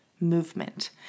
movement